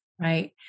right